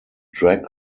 drag